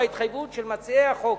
ההתחייבות של מציעי החוק,